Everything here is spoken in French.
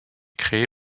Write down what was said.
créé